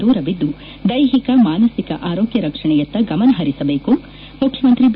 ದೂರವಿದ್ದು ದೈಹಿಕ ಮಾನಸಿಕ ಅರೋಗ್ಯ ರಕ್ಷಣೆಯತ್ತ ಗಮನಹರಿಸಬೇಕು ಮುಖ್ಯಮಂತ್ರಿ ಬಿ